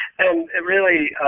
and it really